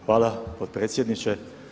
Hvala potpredsjedniče.